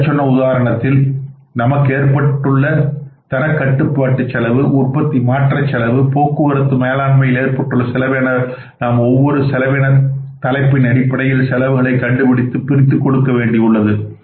மேற் சொன்ன உதாரணத்தில் நமக்கு ஏற்பட்டுள்ள தரக்கட்டுப்பாட்டு செலவு உற்பத்தி மாற்ற செலவு போக்குவரத்து மேலாண்மையில் ஏற்பட்டுள்ள செலவு என நாம் ஒவ்வொரு செலவின தலைப்பின் அடிப்படையில் செலவுகளை கண்டுபிடித்து பிரித்துக் கொடுக்க வேண்டியது உள்ளது